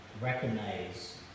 recognize